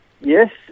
Yes